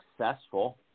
successful